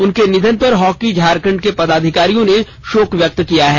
उनके निधन पर हॉकी झारखंड के पदाधिकारियों ने शोक जताया है